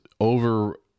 over –